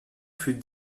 fut